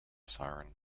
siren